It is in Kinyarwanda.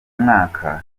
mwaka